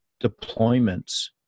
deployments